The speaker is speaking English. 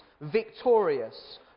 victorious